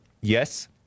Yes